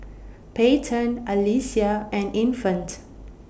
Peyton Alesia and Infant